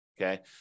okay